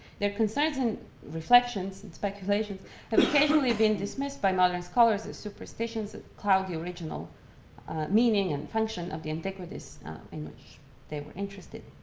their concerns and reflections and speculations has occasionally been dismissed by modern scholars as superstitions that cloud the original meaning and function of the antiquities in which they were interested.